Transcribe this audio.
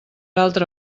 altra